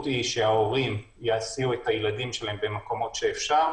היא שההורים יסיעו את הילדים שלהם במקומות שאפשר.